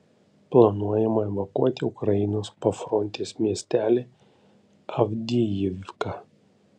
planuojama evakuoti ukrainos pafrontės miestelį avdijivką